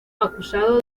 acusado